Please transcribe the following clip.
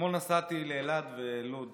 אתמול נסעתי לאלעד ולוד